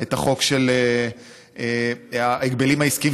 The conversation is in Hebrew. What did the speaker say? את חוק ההגבלים העסקיים,